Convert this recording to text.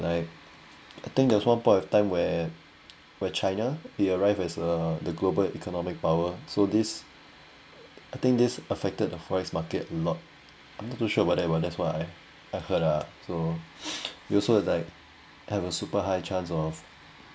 right I think there was one point of time where where china it arrived as a the global economic power so this I think this affected the FOREX market a lot I'm not too sure about that but that's why I heard ah so you also like have a super high chance of